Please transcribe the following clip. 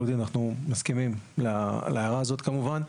לא יודע אם אנחנו מסכימים להערה הזאת כמובן.